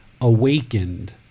awakened